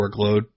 workload